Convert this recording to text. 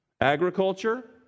agriculture